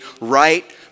right